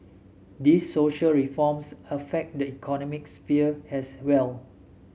these social reforms affect the economic sphere as well